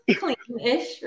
clean-ish